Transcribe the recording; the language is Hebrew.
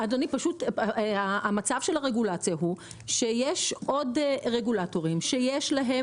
אדוני, המצב הוא שיש עוד רגולטורים שיש להם